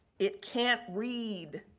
it can't read,